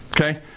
okay